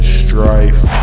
strife